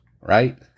right